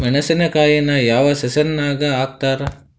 ಮೆಣಸಿನಕಾಯಿನ ಯಾವ ಸೇಸನ್ ನಾಗ್ ಹಾಕ್ತಾರ?